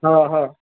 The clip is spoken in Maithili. हऽ हऽ